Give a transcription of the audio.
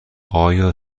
آیا